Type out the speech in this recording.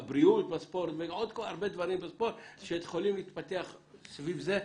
הבריאות בספורט ועוד הרבה דברים שיכולים להתפתח סביב זה.